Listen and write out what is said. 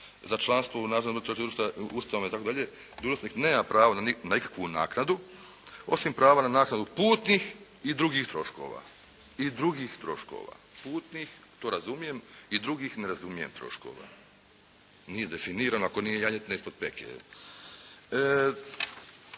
za članstvo u … /Govornik se ne razumije./ … itd. dužnosnik nema pravo na nikakvu naknadu, osim prava na naknadu putnih i drugih troškova. I drugih troškova, putnih, to razumijem, i drugih ne razumijem troškova. Nije definirano ako nije janjetina ispod peke.